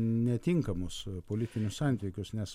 netinkamus politinius santykius nes